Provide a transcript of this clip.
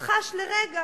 שחש לרגע